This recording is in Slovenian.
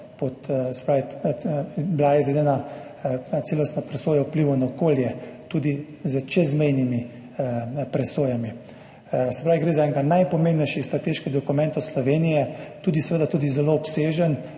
bila celostna presoja vplivov na okolje, tudi s čezmejnimi presojami. Gre za enega najpomembnejših strateških dokumentov Slovenije, tudi seveda zelo obsežen.